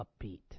upbeat